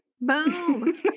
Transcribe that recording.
Boom